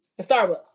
Starbucks